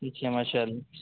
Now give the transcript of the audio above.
اچھا ماشاء اللہ